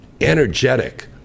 energetic